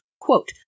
quote